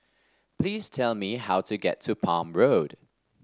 please tell me how to get to Palm Road